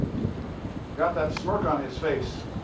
got that smirk on his face,